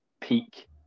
peak